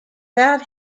that